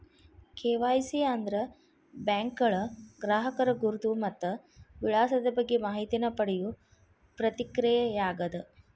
KYC ಅಂದ್ರ ಬ್ಯಾಂಕ್ಗಳ ಗ್ರಾಹಕರ ಗುರುತು ಮತ್ತ ವಿಳಾಸದ ಬಗ್ಗೆ ಮಾಹಿತಿನ ಪಡಿಯೋ ಪ್ರಕ್ರಿಯೆಯಾಗ್ಯದ